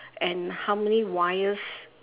and how many wires